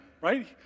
right